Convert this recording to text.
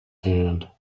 hand